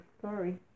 Sorry